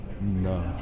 No